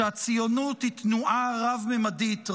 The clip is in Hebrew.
שהציונות היא תנועה רב-ממדית,